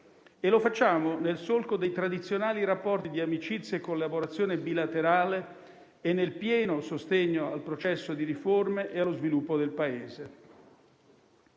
Lo facciamo nel solco dei tradizionali rapporti di amicizia e collaborazione bilaterale e nel pieno sostegno al processo di riforme e allo sviluppo del Paese.